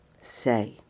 say